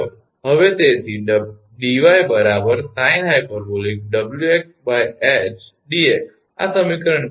હવે તેથી 𝑑𝑦 sinh𝑊𝑥𝐻𝑑𝑥 આ સમીકરણ 14 છે